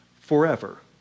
forever